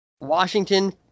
Washington